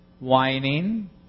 whining